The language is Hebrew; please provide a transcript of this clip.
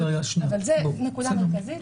אבל זו נקודה מרכזית.